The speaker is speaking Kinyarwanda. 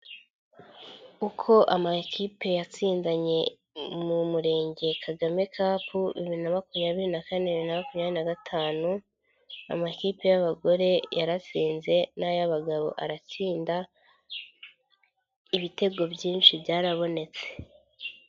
Uko amakipe yatsindanye mu murenge Kagame cup bibiri na makumyabiri na kane na makumyabiri na gatanu, amakipe y'abagore yaratsinze n'ay'abagabo aratsinda, ibitego byinshi byarabonetse.